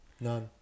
None